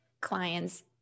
clients